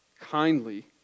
kindly